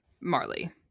Marley